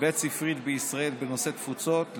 בית ספרית בישראל בנושאי תפוצות,